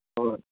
ꯍꯣꯏ